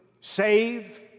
Save